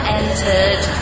entered